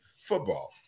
football